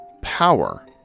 power